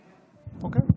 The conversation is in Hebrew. אוקיי.